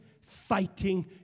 fighting